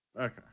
Okay